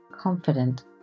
Confident